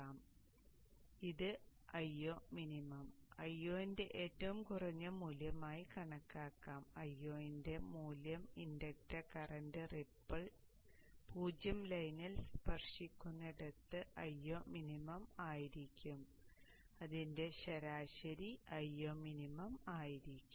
അതിനാൽ ഇത് Io min Io ന്റെ ഏറ്റവും കുറഞ്ഞ മൂല്യമായി കണക്കാക്കും Io ന്റെ മൂല്യം ഇൻഡക്റ്റർ കറന്റ് റിപ്പിൾ 0 ലൈനിൽ സ്പർശിക്കുന്നിടത്ത് Io min ആയിരിക്കും കാരണം അതിന്റെ ശരാശരി Io min ആയിരിക്കും